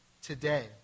Today